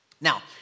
Now